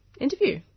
interview